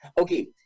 Okay